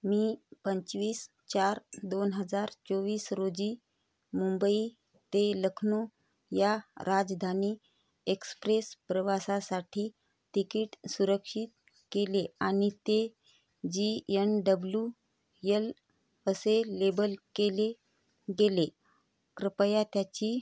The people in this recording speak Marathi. मी पंचवीस चार दोन हजार चोवीस रोजी मुंबई ते लखनऊ या राजधानी एक्स्प्रेस प्रवासासाठी तिकीट सुरक्षित केले आणि ते जी यन डब्लू यल असे लेबल केले गेले कृपया त्याची